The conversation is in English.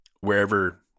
wherever